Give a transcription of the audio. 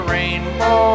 Rainbow